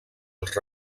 els